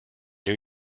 new